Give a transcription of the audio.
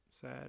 sad